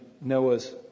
Noah's